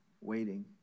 waiting